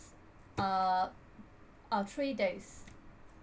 uh are three days